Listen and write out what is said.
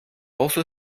also